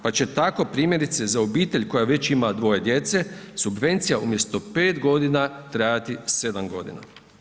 Pa će tako primjerice za obitelj koja već ima dvoje djece subvencija umjesto 5 godina trajati 7 godina.